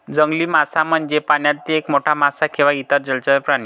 जंगली मासा म्हणजे पाण्यातील एक मोठा मासा किंवा इतर जलचर प्राणी